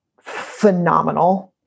phenomenal